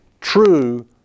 true